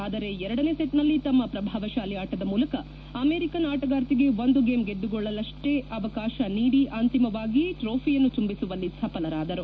ಆದರೆ ಎರಡನೇ ಸೆಟ್ನಲ್ಲಿ ತಮ್ಮ ಪ್ರಭಾವಶಾಲಿ ಆಟದ ಮೂಲಕ ಅಮೆರಿಕನ್ ಆಟಗಾರ್ತಿಗೆ ಒಂದು ಗೇಮ್ ಗೆದ್ದುಕೊಳ್ಳಲಷ್ಷೇ ಅವಕಾಶ ನೀಡಿ ಅಂತಿಮವಾಗಿ ಟ್ರೋಫಿಯನ್ನು ಚುಂಬಿಸುವಲ್ಲಿ ಸಫಲರಾದರು